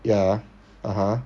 ya (uh huh)